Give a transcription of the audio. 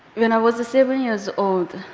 when i was seven years old,